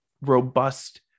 robust